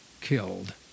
killed